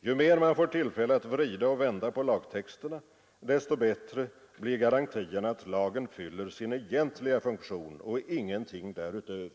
Ju mer man får tillfälle att vrida och vända på lagtexterna, desto bättre blir garantierna att lagen fyller sin egentliga funktion och ingenting därutöver.